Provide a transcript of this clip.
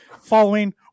following